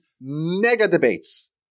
mega-debates